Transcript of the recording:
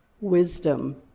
wisdom